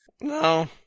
No